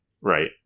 Right